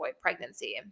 pregnancy